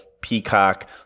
peacock